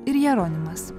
ir jeronimas